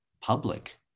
public